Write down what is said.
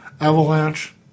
Avalanche